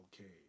okay